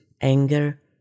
anger